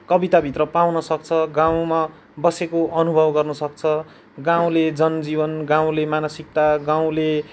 कविताभित्र पाउन सक्छ गाउँमा बसेको अनुभव गर्न सक्छ गाउँले जनजीवन गाउँले मानसिकता गाउँले